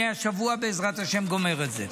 אני השבוע בעזרת השם גומר את זה.